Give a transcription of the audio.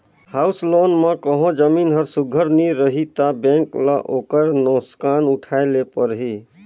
house loan म कहों जमीन हर सुग्घर नी रही ता बेंक ल ओकर नोसकान उठाए ले परही